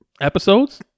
episodes